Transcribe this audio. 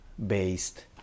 based